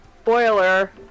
spoiler